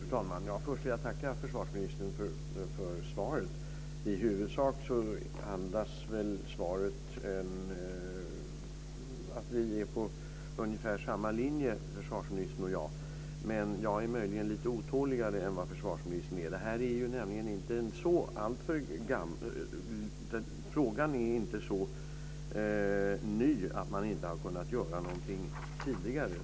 Fru talman! Först vill jag tacka försvarsministern för svaret. I huvudsak andas svaret att vi är på ungefär samma linje, försvarsministern och jag, men jag är möjligen lite otåligare än vad försvarsministern är. Frågan är inte så ny att man inte har kunnat göra någonting tidigare.